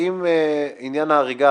האם עניין ההריגה,